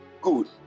Good